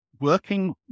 working